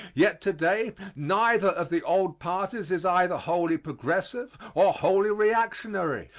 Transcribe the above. yet to-day neither of the old parties is either wholly progressive or wholly reactionary.